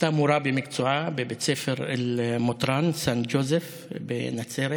הייתה מורה במקצועה בבית הספר אל-מוטראן סנט ג'וזף בנצרת.